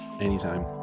Anytime